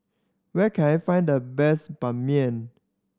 where can I find the best Ban Mian